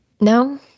No